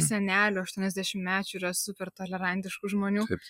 senelių aštuoniasdešimtmečių yra super tolerantiškų žmonių